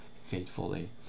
faithfully